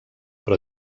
però